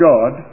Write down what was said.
God